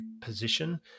position